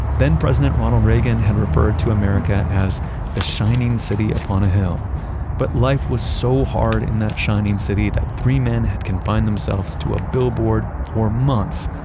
then-president ronald reagan had referred to america as the shining city upon a hill but life was so hard in that shining city that three men had confined themselves to a billboard for months,